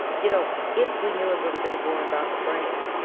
you know if we knew a little bit more about the brain,